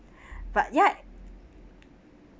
but ya